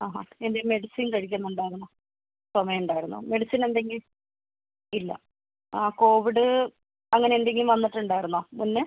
അ അ എന്തെങ്കിലും മെഡിസിൻ കഴിക്കുന്നുണ്ടായിരുന്നോ ചുമ ഉണ്ടായിരുന്നോ മെഡിസിൻ എന്തെങ്കിലും ഇല്ല കോവിഡ് അങ്ങനെ എന്തെങ്കിലും വന്നിട്ടുണ്ടായിരുന്നോ മുന്നേ